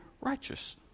righteous